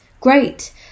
great